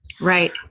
Right